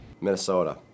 Minnesota